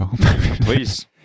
Please